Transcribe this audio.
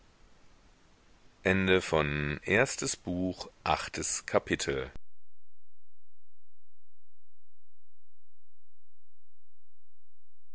erstes buch erstes kapitel